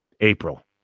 April